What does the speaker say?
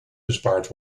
bespaard